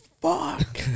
Fuck